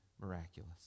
miraculous